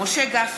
משה גפני,